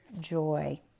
joy